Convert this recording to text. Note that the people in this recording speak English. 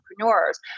entrepreneurs